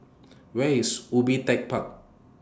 Where IS Ubi Tech Park